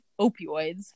opioids